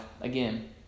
again